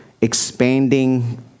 expanding